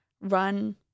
run